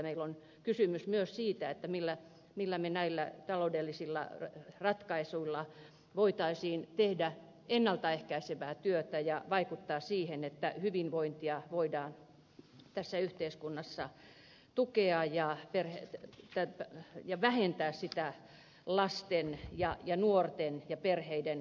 meillä on kysymys myös siitä miten me näillä taloudellisilla ratkaisuilla voisimme tehdä ennalta ehkäisevää työtä ja vaikuttaa siihen että hyvinvointia voidaan tässä yhteiskunnassa tukea ja vähentää lasten ja nuorten ja perheiden pahoinvointia